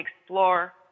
explore